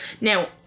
now